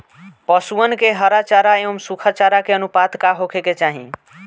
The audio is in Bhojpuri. पशुअन के हरा चरा एंव सुखा चारा के अनुपात का होखे के चाही?